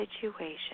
situation